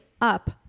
up